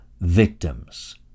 victims